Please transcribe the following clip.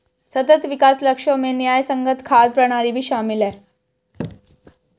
सतत विकास लक्ष्यों में न्यायसंगत खाद्य प्रणाली भी शामिल है